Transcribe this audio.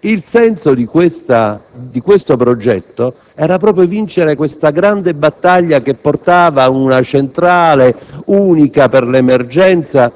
il senso di questo progetto era proprio vincere questa grande battaglia che portava ad una centrale unica per l'emergenza